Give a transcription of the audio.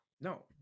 No